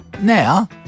Now